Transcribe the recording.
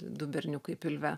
du berniukai pilve